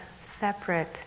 separate